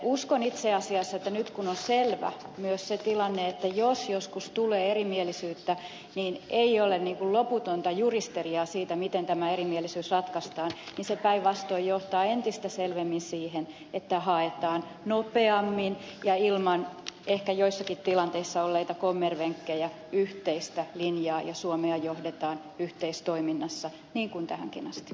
uskon itse asiassa että nyt kun on selvä myös se tilanne että jos joskus tulee erimielisyyttä niin ei ole niin kuin loputonta juristeriaa siitä miten tämä erimielisyys ratkaistaan niin se päinvastoin johtaa entistä selvemmin siihen että haetaan nopeammin ja ilman ehkä joissakin tilanteissa olleita kommervenkkejä yhteistä linjaa ja suomea johdetaan yhteistoiminnassa niin kuin tähänkin asti